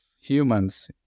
humans